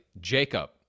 Jacob